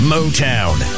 Motown